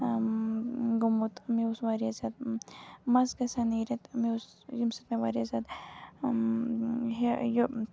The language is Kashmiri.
گوٚمُت مےٚ اوس واریاہ زیادٕ مَس گژھان نیٖرِتھ مےٚ اوس ییٚمہِ سۭتۍ مےٚ واریاہ زیادٕ یہِ ہہ یہِ